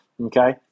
Okay